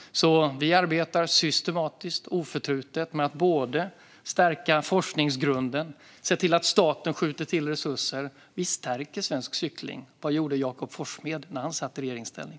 Vi arbetar systematiskt och oförtrutet med att stärka forskningsgrunden och se till att staten skjuter till resurser. Vi stärker svensk cykling. Vad gjorde Jakob Forssmed när han satt i regeringsställning?